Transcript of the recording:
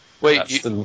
Wait